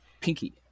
pinky